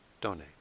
donate